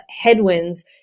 headwinds